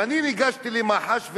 ואני ניגשתי למח"ש,